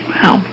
Wow